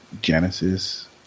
genesis